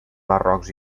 barrocs